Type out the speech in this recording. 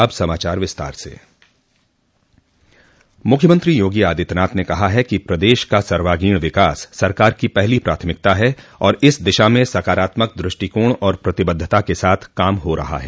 अब समाचार विस्तार से मुख्यमंत्री योगी आदित्यनाथ ने कहा है कि प्रदेश का सर्वांगीण विकास सरकार की पहली प्राथमिकता है और इस दिशा में सकारात्मक दृष्टिकोण और प्रतिबद्धता के साथ काम हो रहा है